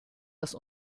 das